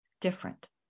different